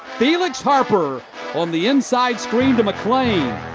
felix harper on the inside screen to mcclain.